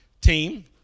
team